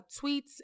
tweets